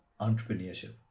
entrepreneurship